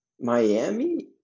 Miami